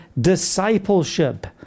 discipleship